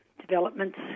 developments